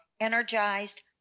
energized